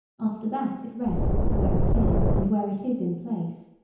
after that it rests where it is and where it is in place.